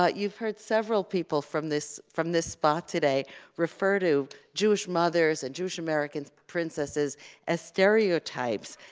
but you've heard several people from this from this spot today refer to jewish mothers and jewish american princesses as stereotypes,